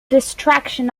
destruction